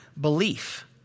belief